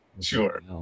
sure